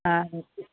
ആ